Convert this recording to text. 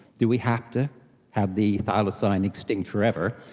do we have to have the thylacine extinct forever?